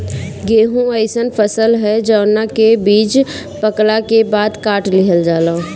गेंहू अइसन फसल ह जवना के बीज पकला के बाद काट लिहल जाला